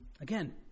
Again